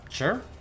Sure